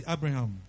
Abraham